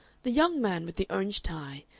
the young man with the orange tie,